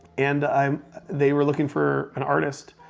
and um they were looking for an artist,